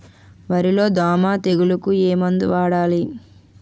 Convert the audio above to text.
వరిలో దోమ తెగులుకు ఏమందు వాడాలి?